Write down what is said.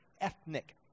ethnic